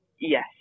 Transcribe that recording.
Yes